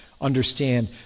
understand